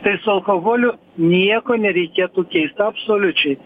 tai su alkoholiu nieko nereikėtų keist absoliučiai